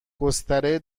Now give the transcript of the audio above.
گستره